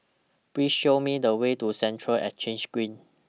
Please Show Me The Way to Central Exchange Green